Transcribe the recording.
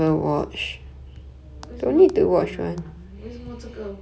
I don't I never even watch the video I just let it play